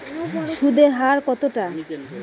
সুদের হার কতটা?